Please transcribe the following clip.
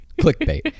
clickbait